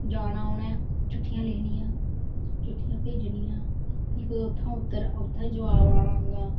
जाना उनें चिटिठयां लिखनियां चिट्ठियां भेजनी फिह् कोई उत्थै उत्तर जवाव आना